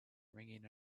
ringing